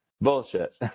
bullshit